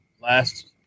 last